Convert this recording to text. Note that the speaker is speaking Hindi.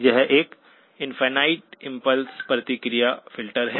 यह एक इनफायनाईट इम्पल्स प्रतिक्रिया फ़िल्टर है